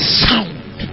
sound